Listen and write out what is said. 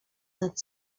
nad